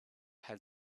had